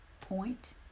Point